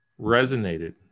resonated